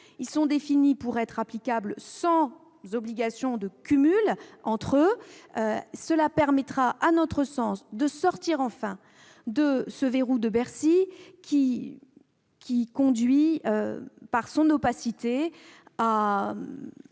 sont donc définis pour être applicables sans obligation de cumul entre eux. Voilà qui permettra, à notre sens, de sortir- enfin ! -du verrou de Bercy, qui crée, par son opacité,